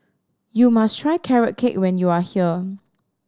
you must try Carrot Cake when you are here